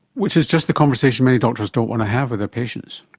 which is just the conversation many doctors don't want to have with their patients.